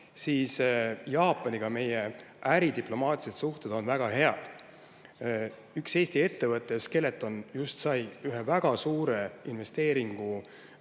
siis Jaapaniga meie äridiplomaatilised suhted on väga head. Üks Eesti ettevõte, Skeleton, just sai ühe väga suure investeeringu